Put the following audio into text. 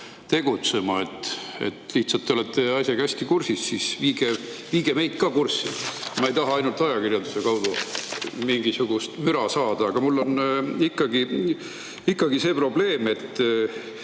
tegutsema. Lihtsalt te olete asjaga hästi kursis, palun viige meid ka kurssi. Ma ei taha ainult ajakirjanduse kaudu mingisugust müra saada. Aga mul on ikkagi see probleem, et